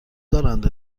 دارند